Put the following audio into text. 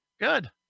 Good